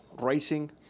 racing